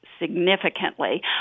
Significantly